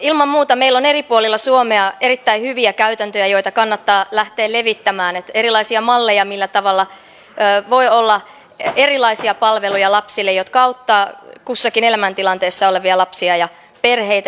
ilman muuta meillä on eri puolilla suomea erittäin hyviä käytäntöjä joita kannattaa lähteä levittämään erilaisia malleja millä tavalla voi olla lapsille erilaisia palveluja jotka auttavat kussakin elämäntilanteessa olevia lapsia ja perheitä